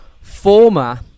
Former